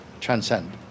transcend